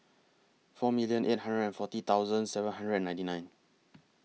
four million eight hundred and forty thousand seven hundred and ninety nine